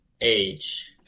age